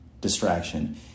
distraction